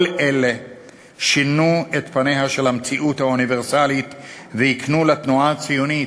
כל אלה שינו את פניה של המציאות האוניברסלית והקנו לתנועה הציונית,